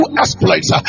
exploits